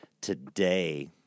today